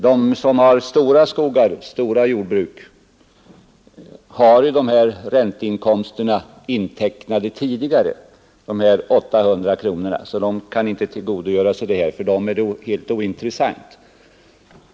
De som har stora skogar och stora jordbruk har de 800 kronorna för ränteinkomster intecknade tidigare, så de kan inte tillgodogöra sig avdraget, och för dem är det ointressant.